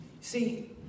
See